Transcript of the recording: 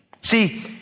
See